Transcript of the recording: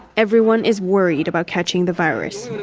everyone is worried about catching the virus